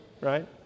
right